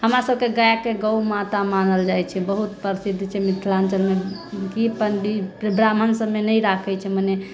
हमरा सभकेँ गायके गौ माता मानल जाइत छै बहुत परसिद्ध छै मिथिलाञ्चलमे कि पण्डी ब्राह्मण सभमे नहि राखैत छै मने